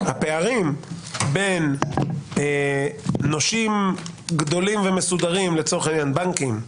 בין נושים גדולים ומסודרים, לצורך העניין בנקים,